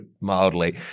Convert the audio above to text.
mildly